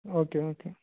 okay okay